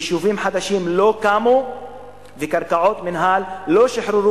יישובים חדשים לא קמו וקרקעות מינהל לא שוחררו